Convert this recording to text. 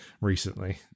recently